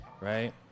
right